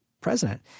president